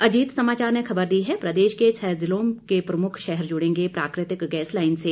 अजीत समाचार ने खबर दी है प्रदेश के छह जिलों के प्रमुख शहर जुड़ेंगे प्राकृतिक गैस लाइन से